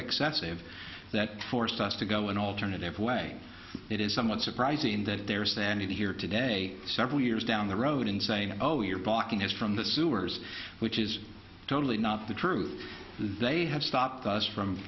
excessive that forced us to go an alternative way it is somewhat surprising that they're standing here today several years down the road and saying oh you're blocking his from the sewers which is totally not the truth they have stopped us from